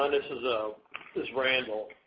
ah this is ah is randall.